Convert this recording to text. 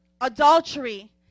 adultery